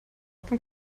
beim